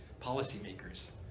policymakers